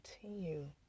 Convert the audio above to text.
Continue